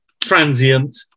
transient